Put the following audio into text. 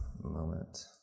moment